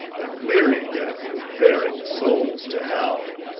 and weary death with bearing souls to hell.